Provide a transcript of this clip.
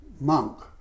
monk